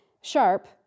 Sharp